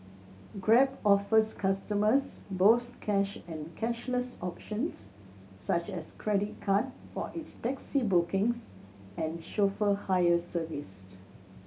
grab offers customers both cash and cashless options such as credit card for its taxi bookings and chauffeur hire serviced